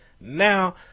Now